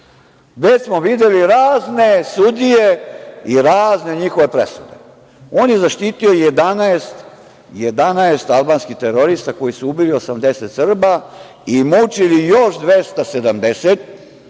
Već smo videli razne sudije i razne njihove presude. On je zaštiti 11 albanskih terorista koji su ubili 80 Srba i mučili još 270.